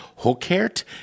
Hokert